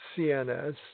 CNS